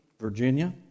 Virginia